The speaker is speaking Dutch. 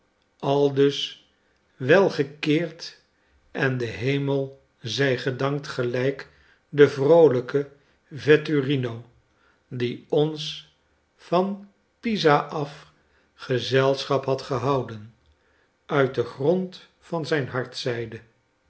aldus wel gekeerd en de hemel zij gedankt p gelijk de vrooiyke vetturino die ons van pisa af gezelschap had gehouden uit den grond van zijn hart zeide